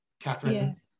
Catherine